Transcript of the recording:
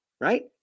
right